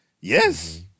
Yes